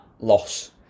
loss